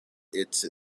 its